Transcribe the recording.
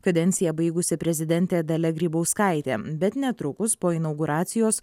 kadenciją baigusi prezidentė dalia grybauskaitė bet netrukus po inauguracijos